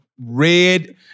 red